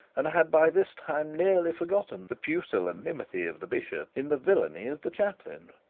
and had by this time nearly forgotten the pusillanimity of the bishop in the villainy of the chaplain.